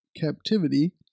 captivity